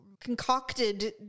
concocted